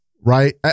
right